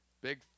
Big